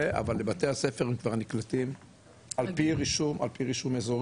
אבל לבתי הספר כבר נקלטים על פי רישום אזורי,